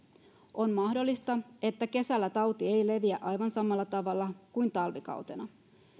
on mahdollista että kesällä tauti ei leviä aivan samalla tavalla kuin talvikautena